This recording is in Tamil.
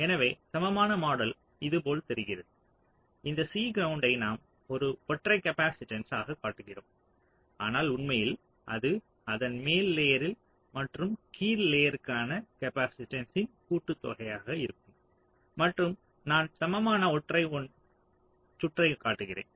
எனவே சமமான மாடல் இதுபோல் தெரிகிறது இந்த C கிரவுண்ட்டை நாம் ஒரு ஒற்றை காப்பாசிட்டன்ஸ் ஆக காட்டுகிறோம் ஆனால் உண்மையில் அது அதன் மேல் லேயர்ரில் மற்றும் கீழ்லேயர்க்கான காப்பாசிட்டன்ஸ் ன் கூட்டுத்தொகையாக இருக்கும் மற்றும் நான் சமமான சுற்றை ஒன்றாகக் காட்டுகிறேன்